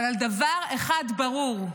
אבל דבר אחד ברור,